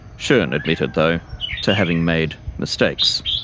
schon admitted though to having made mistakes.